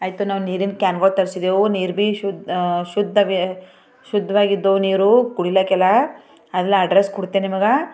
ಆಯ್ತು ನಾವು ನೀರಿನ ಕ್ಯಾನ್ಗಳು ತರಿಸಿದ್ದೆವು ನೀರು ಬೀ ಶುದ್ಧ ಶುದ್ಧವಾಗಿದ್ದವು ನೀರು ಕುಡಿಲಾಕ್ಕೆಲ್ಲ ಎಲ್ಲ ಅಡ್ರೆಸ್ ಕೊಡ್ತೆ ನಿಮಗೆ